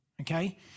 okay